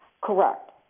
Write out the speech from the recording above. Correct